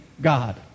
God